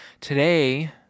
today